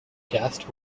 cast